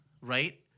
right